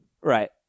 Right